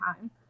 time